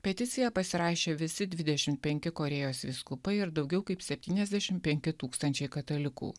peticiją pasirašė visi dvidešim penki korėjos vyskupai ir daugiau kaip septyniasdešim penki tūkstančiai katalikų